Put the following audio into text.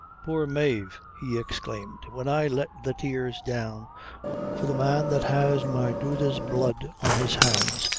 poor mave, he exclaimed, when i let the tears down for the man that has my doother's blood on his hands,